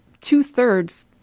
two-thirds